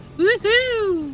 Woohoo